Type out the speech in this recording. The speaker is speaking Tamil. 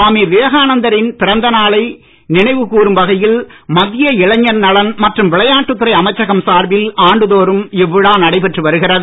சுவாமி விவேகானந்தரின் பிறந்த நாளை நினைவு கூறும் வகையில் மத்திய இளைஞர் நலன் மற்றும் விளையாட்டுத் துறை அமைச்சகம் சார்பில் ஆண்டுதோறும் இவ்விழா நடைபெற்று வருகிறது